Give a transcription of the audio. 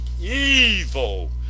evil